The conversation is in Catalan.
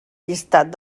llistat